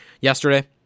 yesterday